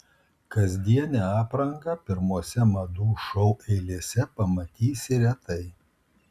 kasdienę aprangą pirmose madų šou eilėse pamatysi retai